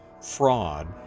fraud